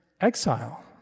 exile